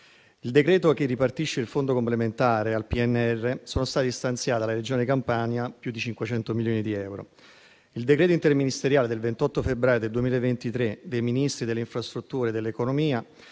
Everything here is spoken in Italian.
il decreto-legge che ripartisce il Fondo complementare al PNRR sono stati stanziati alla Regione Campania più di 500 milioni di euro. Con il decreto interministeriale del 28 febbraio 2023 dei Ministri delle infrastrutture e dell'economia